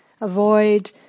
avoid